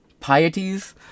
pieties